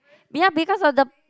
yeah because of the